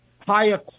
higher